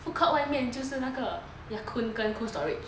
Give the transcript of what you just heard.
food court 外面就是那个 ya kun 跟 cold storage